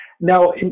Now